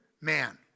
man